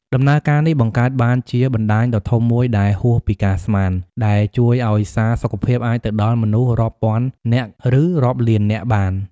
ដំណើរការនេះបង្កើតបានជាបណ្តាញដ៏ធំមួយដែលហួសពីការស្មាន ដែលជួយឲ្យសារសុខភាពអាចទៅដល់មនុស្សរាប់ពាន់នាក់ឬរាប់លាននាក់បាន។